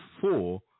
four